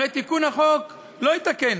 הרי שתיקון החוק לא יתקן.